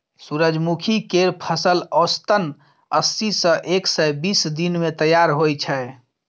सूरजमुखी केर फसल औसतन अस्सी सँ एक सय बीस दिन मे तैयार होइ छै